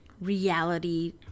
reality